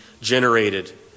generated